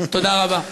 תודה רבה.